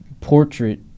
portrait